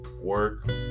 work